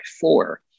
four